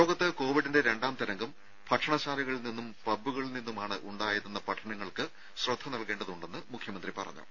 ലോകത്ത് കോവിഡിന്റെ രണ്ടാം തരംഗം ഭക്ഷണശാലകളിൽ നിന്നും പബ്ബുകളിൽ നിന്നുമാണ് ഉണ്ടായതെന്ന പഠനങ്ങൾക്ക് ശ്രദ്ധ നൽകേണ്ടതുണ്ടെന്നും മുഖ്യമന്ത്രി പറഞ്ഞു